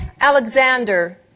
Alexander